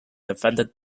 defended